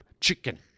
chicken